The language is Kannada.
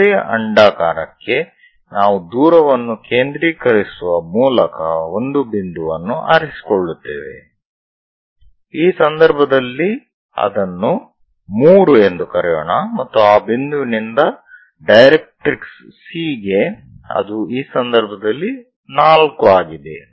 ಯಾವುದೇ ಅಂಡಾಕಾರಕ್ಕೆ ನಾವು ದೂರವನ್ನು ಕೇಂದ್ರೀಕರಿಸುವ ಮೂಲಕ ಒಂದು ಬಿಂದುವನ್ನು ಆರಿಸಿಕೊಳ್ಳುತ್ತೇವೆ ಈ ಸಂದರ್ಭದಲ್ಲಿ ಅದನ್ನು 3 ಎಂದು ಕರೆಯೋಣ ಮತ್ತು ಆ ಬಿಂದುವಿನಿಂದ ಡೈರೆಕ್ಟ್ರಿಕ್ಸ್ C ಗೆ ಅದು ಈ ಸಂದರ್ಭದಲ್ಲಿ 4 ಆಗಿದೆ